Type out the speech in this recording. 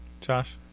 josh